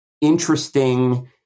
interesting